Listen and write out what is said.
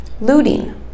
looting